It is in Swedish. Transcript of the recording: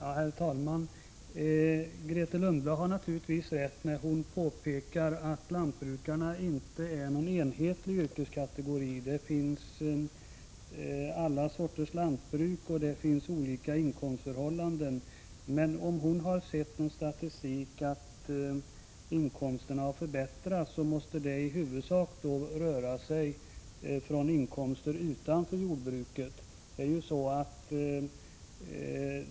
Herr talman! Grethe Lundblad har naturligtvis rätt när hon påpekar att lantbrukarna inte är någon enhetlig yrkeskategori. Det finns alla sorters lantbruk, och det finns olika inkomstförhållanden. Men om Grethe Lundblad har sett av någon statistik att inkomsterna har förbättrats, måste det i huvudsak röra sig om inkomster utanför jordbruket.